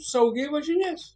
saugiai važinės